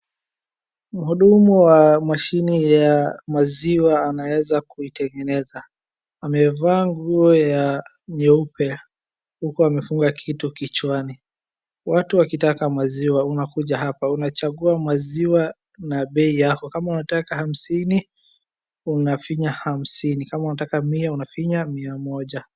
M hudumu wa mashine ya maziwa anaweza kuitengeneza. Amevaa nguo ya nyeupe huku amefunga kitu kichwani watu wakitaka maziwa unakuja hapa unachagua maziwa na bei yako kama unataka hamsini unafinya hamsini kama unataka mia unafinya mia moja.